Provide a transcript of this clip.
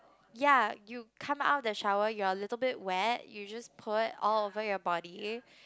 ya you come out of the shower you're a little bit wet you just pour it all over your body